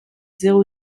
zéro